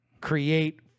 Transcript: create